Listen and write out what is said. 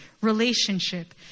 relationship